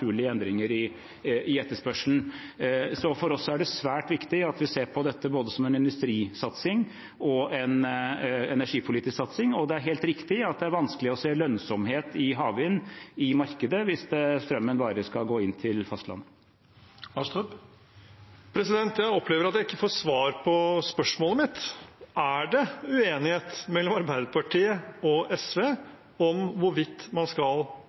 endringer i etterspørselen. For oss er det svært viktig at vi ser på dette både som en industrisatsing og som en energipolitisk satsing, og det er helt riktig at det er vanskelig å se lønnsomhet i havvind i markedet hvis strømmen bare skal gå inn til fastlandet. Det blir oppfølgingsspørsmål – først Nikolai Astrup. Jeg opplever at jeg ikke får svar på spørsmålet mitt. Er det uenighet mellom Arbeiderpartiet og Senterpartiet om hvorvidt man skal